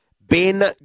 Ben